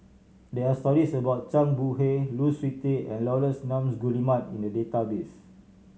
there are stories about Zhang Bohe Lu Suitin and Laurence Nunns Guillemard in the database